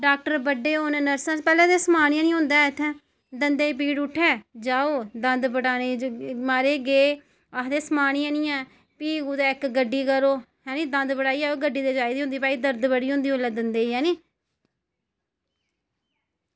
doctor बड्डे होन तां नर्सें ई सनान गै निं होंदा इत्थें दंदै ई पीड़ उट्ठे म्हाराज जाओ दंद पुटाने गी गे आक्खदे समान गै निं ऐ भी इक्क गड्डी करो हैनी दंद पुटाइयै भी इक्क गड्डी चाहिदी गै होंदी दर्द बड़ी होंदी उसलै दंदें ई